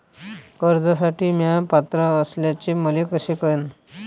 कर्जसाठी म्या पात्र असल्याचे मले कस कळन?